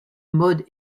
mode